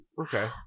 Okay